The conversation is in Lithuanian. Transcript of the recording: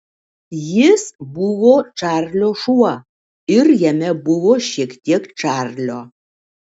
jis buvo čarlio šuo ir jame buvo šiek tiek čarlio